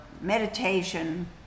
meditation